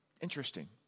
Interesting